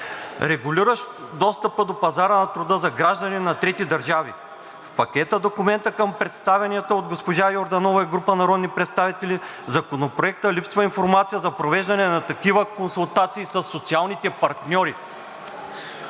регулиращ достъпа до пазара на труда за граждани на трети държави. В пакета документи към представения от госпожа Йорданова и група народни представители, в Законопроекта липсва информация за провеждане на такива консултации със социалните партньори.